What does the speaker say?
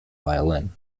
violin